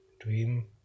Dream